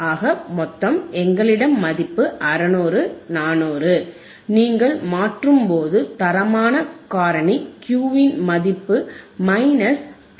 ஆக மொத்தம் எங்களிடம் மதிப்பு 600 400 நீங்கள் மாற்றும்போது தரமான காரணி Q இன் மதிப்பு மைனஸ் 3